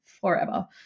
forever